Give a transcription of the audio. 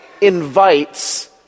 invites